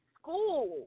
school